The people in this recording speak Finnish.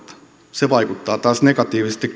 se vaikuttaa taas negatiivisesti